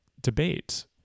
debate